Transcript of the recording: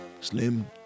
Slim